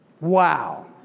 Wow